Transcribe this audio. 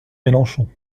mélenchon